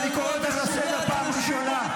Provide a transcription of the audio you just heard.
אני קורא אותך לסדר פעם ראשונה.